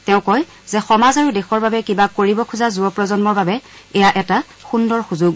তেওঁ কয় যে সমাজ আৰু দেশৰ বাবে কিবা কৰিব খোজা যুৱ প্ৰজন্মৰ বাবে এয়া এটা সন্দৰ সুযোগ